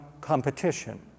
competition